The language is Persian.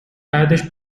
بعدش